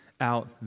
out